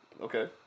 Okay